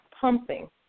pumping